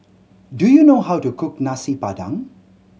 do you know how to cook Nasi Padang